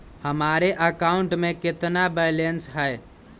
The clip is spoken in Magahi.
हमारे अकाउंट में कितना बैलेंस है?